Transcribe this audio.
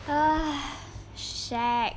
!hais! shag